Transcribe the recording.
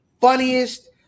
funniest